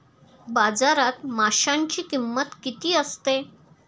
बाजारात माशांची किंमत किती असते?